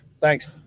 Thanks